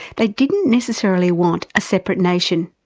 they didn't necessarily want a separate nation.